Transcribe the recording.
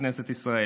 בכנסת ישראל.